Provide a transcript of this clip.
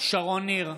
בעד שרון ניר,